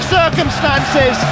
circumstances